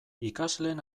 ikasleen